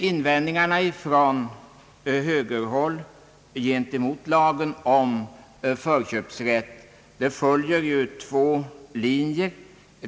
Invändningarna från högerhåll gentemot lagen om förköpsrätt följer ju två linjer.